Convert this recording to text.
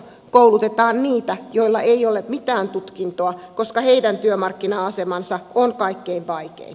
koulutetaan niitä joilla ei ole mitään tutkintoa koska heidän työmarkkina asemansa on kaikkein vaikein